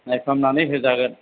नायफामनानै होजागोन